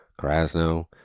Krasno